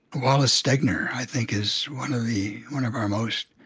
wallace stegner i think is one of the one of our most